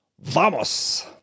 Vamos